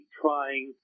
trying